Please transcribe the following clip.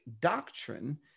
doctrine